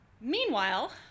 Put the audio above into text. Meanwhile